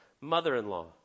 mother-in-law